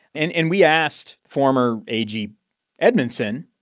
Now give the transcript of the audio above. and and we asked former ag edmondson,